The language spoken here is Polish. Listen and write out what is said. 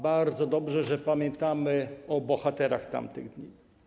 Bardzo dobrze, że pamiętamy o bohaterach tamtych dni.